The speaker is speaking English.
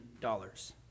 dollars